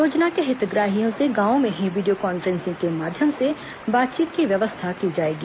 योजना के हितग्राहियों से गांवों में ही वीडियो कॉन्फ्रेंसिंग के माध्यम से बातचीत की व्यवस्था की जाएगी